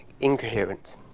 Incoherent